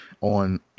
on